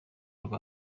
rwa